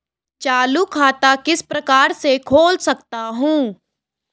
चालू खाता किस प्रकार से खोल सकता हूँ?